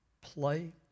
play